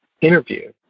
interview